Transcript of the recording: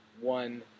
one